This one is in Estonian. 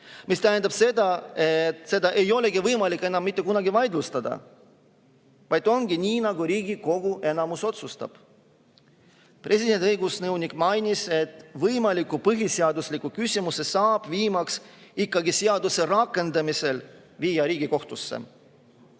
tähendab seda, et seda küsimust ei olegi võimalik enam mitte kunagi vaidlustada, vaid ongi nii, nagu Riigikogu enamus otsustab. Presidendi õigusnõunik mainis, et võimaliku põhiseaduslikkuse küsimuse saab viimaks ikkagi seaduse rakendamisel viia Riigikohtusse.